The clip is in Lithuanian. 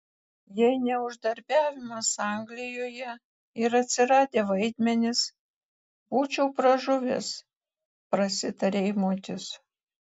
jei ne uždarbiavimas anglijoje ir atsiradę vaidmenys būčiau pražuvęs prasitaria eimutis